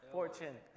Fortune